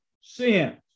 sin